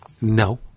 no